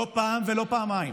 לא פעם ולא פעמיים.